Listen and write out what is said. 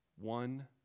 One